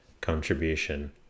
contribution